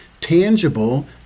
tangible